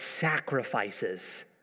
sacrifices